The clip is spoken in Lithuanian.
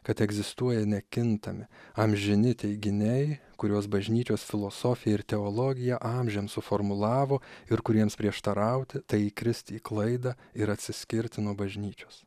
kad egzistuoja nekintami amžini teiginiai kuriuos bažnyčios filosofija ir teologija amžiams suformulavo ir kuriems prieštarauti tai įkristi į klaidą ir atsiskirti nuo bažnyčios